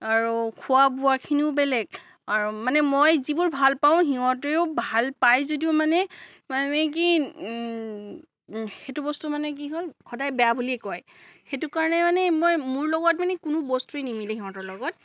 আৰু খোৱা বোৱাখিনিও বেলেগ আৰু মানে মই যিবোৰ ভালপাওঁ সিহঁতিও ভাল পায় যদিও মানে মানে কি সেইটো বস্তু মানে কি হ'ল সদায় বেয়া বুলিয়ে কয় সেইটো কাৰণে মানে মই মোৰ লগত মানে কোনো বস্তুৱে নিমিলে সিহতৰ লগত